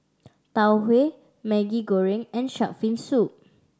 Tau Huay Maggi Goreng and shark fin soup